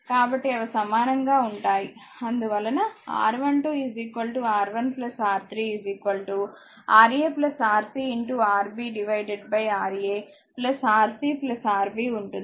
కాబట్టి అవి సమానంగా ఉంటాయి అందువలనR12 R1 R3 Ra RcRb Ra Rc Rb ఉంటుంది